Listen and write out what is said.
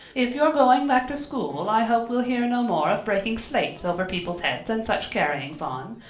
if you're going back to school i hope we'll hear no more of breaking slates over people's heads and such carryings on.